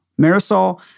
Marisol